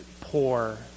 poor